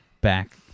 back